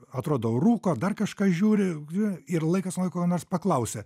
atrodo rūko dar kažką žiūri ir laikas nuo laiko ko nors paklausia